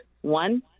One